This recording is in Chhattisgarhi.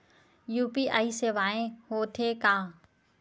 यू.पी.आई सेवाएं हो थे का?